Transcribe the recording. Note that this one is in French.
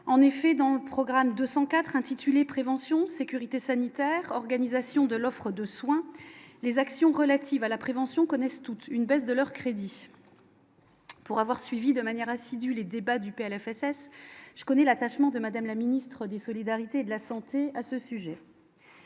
en effet dans le programme de 104 intitulé prévention sécurité sanitaire, organisation de l'offre de soins, les actions relatives à la prévention connaissent toutes une baisse de leur crédit. Pour avoir suivi de manière assidue débat du PLFSS je connaît l'attachement de madame la ministre des solidarités, de la santé à ce sujet.